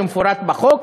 כמפורט בחוק,